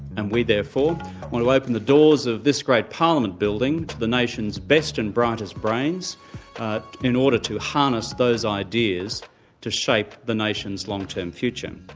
and we therefore want to open the doors of this great parliament building to the nation's best and brightest brains in order to harness those ideas to shape the nation's long-term future.